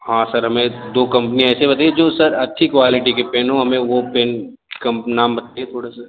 हाँ सर हमें दो कंपनियां ऐसे बताइए जो सर अच्छी क्वालिटी के पेन हो हमें वो पेन का नाम बताइए थोड़ा सा